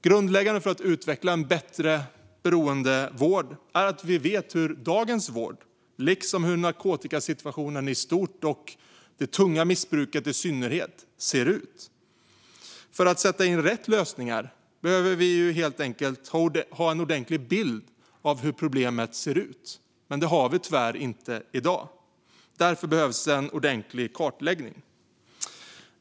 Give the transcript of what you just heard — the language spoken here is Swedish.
Grundläggande för att utveckla en bättre beroendevård är att vi vet hur dagens vård, liksom hur narkotikasituationen i stort och det tunga missbruket i synnerhet, ser ut i Sverige. För att sätta in rätt lösningar behöver vi helt enkelt ha en ordentlig bild av hur problemet ser ut. Men det har vi tyvärr inte i dag. Därför behövs en ordentlig kartläggning.